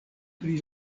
pri